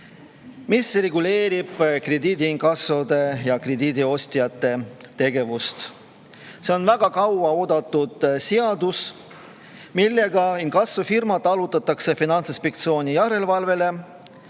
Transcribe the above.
mis reguleerib krediidiinkassode ja krediidiostjate tegevust. See on väga kaua oodatud seadus, millega inkassofirmad allutatakse Finantsinspektsiooni järelevalvele.